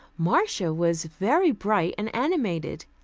marcia was very bright and animated.